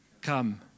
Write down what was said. come